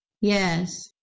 Yes